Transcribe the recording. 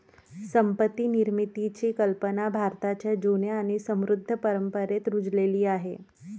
संपत्ती निर्मितीची कल्पना भारताच्या जुन्या आणि समृद्ध परंपरेत रुजलेली आहे